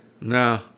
No